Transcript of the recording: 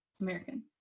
American